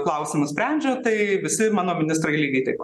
klausimus sprendžia tai visi mano ministrai lygiai taip pat